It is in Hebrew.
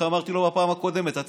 איך אמרתי לו בפעם הקודמת: אתה,